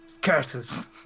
Curses